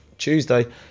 Tuesday